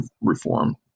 reform